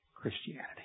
Christianity